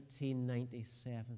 1997